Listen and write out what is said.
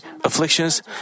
afflictions